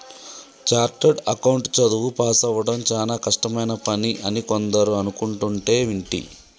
chartered account చదువు పాసవ్వడం చానా కష్టమైన పని అని కొందరు అనుకుంటంటే వింటి